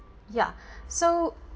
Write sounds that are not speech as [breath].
ya [breath] so